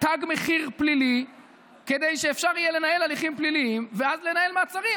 תג מחיר פלילי כדי שאפשר יהיה לנהל הליכים פליליים ואז לנהל מעצרים.